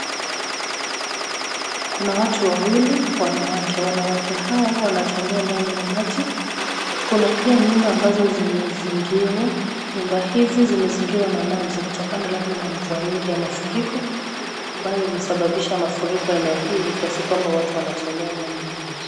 Kuna watu wawili wanawake. Wanawake hawa wanatembea ndani ya maji. Kuna pia nyumba ambazo zimezingirwa. Nyumba hizi zimezingirwa na maji kutokana labda na mvua nyingi ya mafuriko ambayo imesababisha mafuriko eneo hili kiasi kwamba watu wanatembea ndani ya maji.